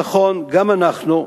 נכון, גם אנחנו,